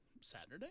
Saturday